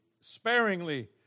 sparingly